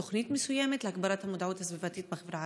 תוכנית מסוימת להגברת המודעות הסביבתית בחברה הערבית?